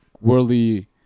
worldly